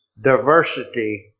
diversity